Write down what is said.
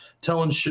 telling